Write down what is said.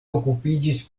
okupiĝis